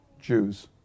Jews